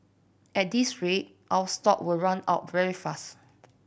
at this rate our stock will run out very fast